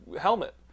helmet